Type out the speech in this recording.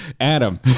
Adam